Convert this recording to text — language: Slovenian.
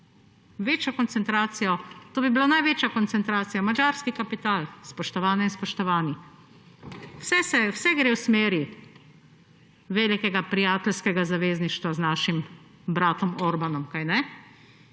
našem bančnem trgu. To bi bila največja koncentracija. Madžarski kapital, spoštovane in spoštovani. Vse gre v smeri velikega prijateljskega zavezništva z našim bratom Orbanom, kajne?